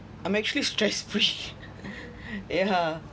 I'm actually stress free yeah